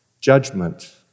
judgment